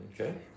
Okay